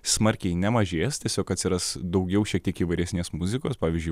smarkiai nemažės tiesiog atsiras daugiau šiek tiek įvairesnės muzikos pavyzdžiui